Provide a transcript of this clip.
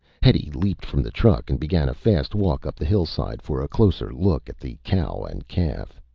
hetty leaped from the truck and began a fast walk up the hillside for a closer look at the cow and calf.